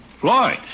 Floyd